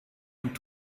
und